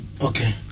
Okay